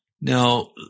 Now